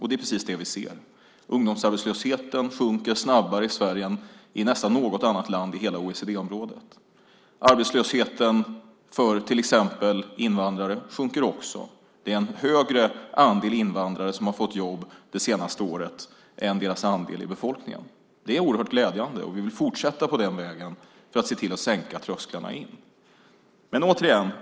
Det är precis det vi ser. Ungdomsarbetslösheten sjunker snabbare i Sverige än i nästan något annat land i hela OECD-området. Arbetslösheten för till exempel invandrare sjunker också. Det är en högre andel invandrare som har fått jobb det senaste året än deras andel i befolkningen. Det är oerhört glädjande, och vi vill fortsätta på den vägen för att se till att sänka trösklarna in.